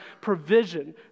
provision